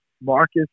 Marcus